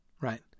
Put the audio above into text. right